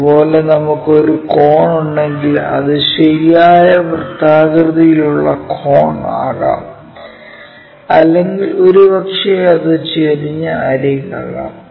അതുപോലെ നമുക്ക് ഒരു കോൺ ഉണ്ടെങ്കിൽ അത് ശരിയായ വൃത്താകൃതിയിലുള്ള കോണാകാം അല്ലെങ്കിൽ ഒരുപക്ഷേ അത് ചരിഞ്ഞ അരികാകാം